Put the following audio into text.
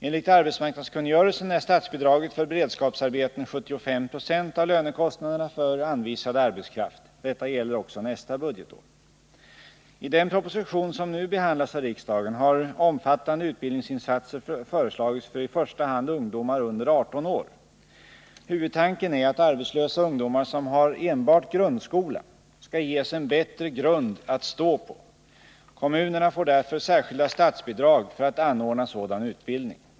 Enligt arbetsmarknadskungörelsen är statsbidraget för beredskapsarbeten 75 26 av lönekostnaderna för anvisad arbetskraft. Detta gäller också nästa budgetår. I den proposition som nu behandlas av riksdagen har omfattande utbildningsinsatser föreslagits för i första hand ungdomar under 18 år. Huvudtanken är att arbetslösa ungdomar som har enbart grundskola skall ges en bättre grund att stå på. Kommunerna får därför särskilda statsbidrag för att anordna sådan utbildning.